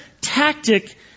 tactic